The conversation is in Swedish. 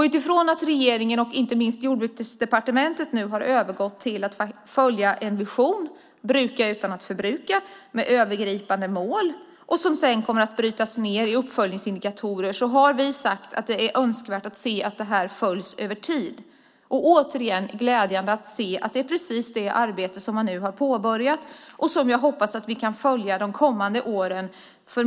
Utifrån att regeringen och inte minst Jordbruksdepartementet nu har övergått till att följa en vision, Bruka utan att förbruka, med övergripande mål som sedan kommer att brytas ned i uppföljningsindikatorer har vi sagt att det är önskvärt att det här följs över tid. Återigen är det glädjande att se att det är precis det arbete som man nu har påbörjat och som jag hoppas att vi kan följa de kommande åren.